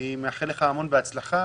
אני מאחל לך המון הצלחה.